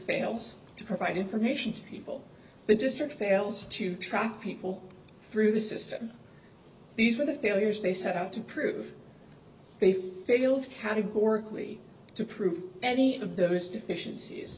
fails to provide information to people the district fails to track people through the system these are the failures they set out to prove they've failed categorically to prove any of those deficiencies